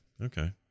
Okay